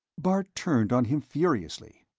bart turned on him furiously.